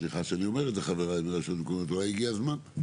סליחה שאני אומר את זה חבריי, אולי הגיע הזמן?